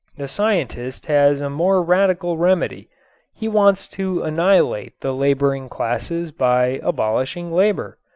the scientist has a more radical remedy he wants to annihilate the laboring classes by abolishing labor.